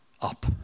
up